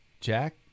Jack